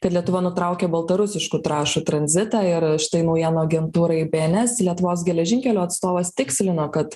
kad lietuva nutraukė baltarusiškų trąšų tranzitą ir štai naujienų agentūrai bns lietuvos geležinkelių atstovas tikslino kad